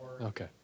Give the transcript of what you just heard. okay